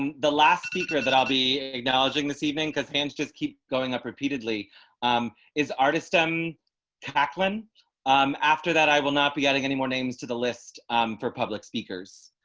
and the last speaker that i'll be acknowledging this evening. because hands. just keep going up repeatedly is artist. i'm tackling um after that i will not be adding any more names to the list for public speakers.